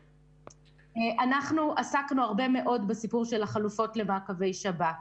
אנחנו עסקנו הרבה מאוד בסיפור של החלופות למעקבי שב"כ.